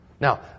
Now